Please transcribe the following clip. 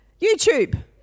YouTube